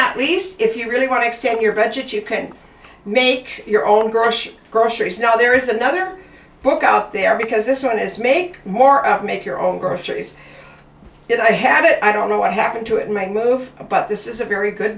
that least if you really want to extend your budget you can make your own grocery groceries now there is another book out there because this one is make more of make your own groceries did i have it i don't know what happened to it might move but this is a very good